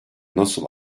nasıl